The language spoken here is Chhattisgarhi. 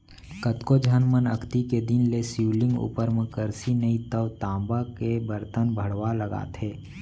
कतको झन मन अक्ती के दिन ले शिवलिंग उपर म करसी नइ तव तामा के बरतन भँड़वा लगाथे